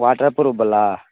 water प्रूफवला